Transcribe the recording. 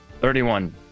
Thirty-one